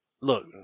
look